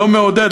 לא מעודד,